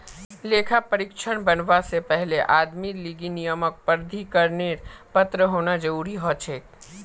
लेखा परीक्षक बनवा से पहले आदमीर लीगी नियामक प्राधिकरनेर पत्र होना जरूरी हछेक